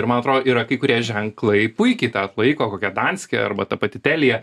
ir man atrodo yra kai kurie ženklai puikiai tą atlaiko kokia danske arba ta pati telija